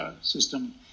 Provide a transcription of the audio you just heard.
system